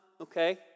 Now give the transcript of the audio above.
okay